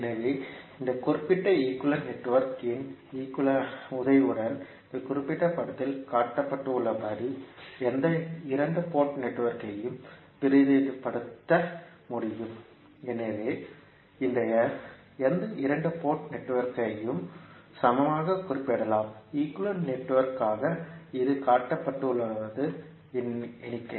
எனவே இந்த குறிப்பிட்ட ஈக்குவேலன்ட் நெட்வொர்க் இன் உதவியுடன் இந்த குறிப்பிட்ட படத்தில் காட்டப்பட்டுள்ளபடி எந்த இரண்டு போர்ட் நெட்வொர்க்கையும் பிரதிநிதித்துவப்படுத்த முடியும் எனவே எந்த இரண்டு போர்ட் நெட்வொர்க்கையும் சமமாக குறிப்பிடலாம் ஈக்குவேலன்ட் நெட்வொர்க் ஆக இது காட்டப்பட்டுள்ளது எண்ணிக்கை